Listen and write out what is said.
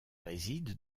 réside